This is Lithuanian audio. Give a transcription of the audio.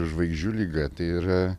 žvaigždžių liga tai yra